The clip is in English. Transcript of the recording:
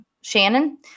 Shannon